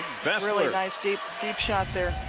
really nice, deep deep shot there.